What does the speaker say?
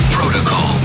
Protocol